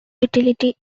utility